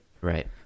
Right